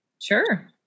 Sure